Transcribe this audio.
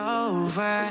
over